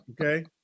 Okay